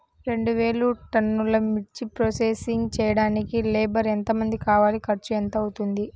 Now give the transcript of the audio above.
రెండు వేలు టన్నుల మిర్చి ప్రోసెసింగ్ చేయడానికి లేబర్ ఎంతమంది కావాలి, ఖర్చు ఎంత అవుతుంది?